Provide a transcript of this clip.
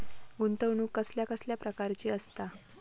गुंतवणूक कसल्या कसल्या प्रकाराची असता?